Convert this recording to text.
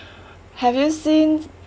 have you seen